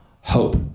hope